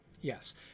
Yes